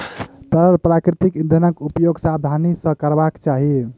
तरल प्राकृतिक इंधनक उपयोग सावधानी सॅ करबाक चाही